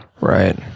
Right